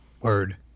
Word